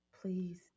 please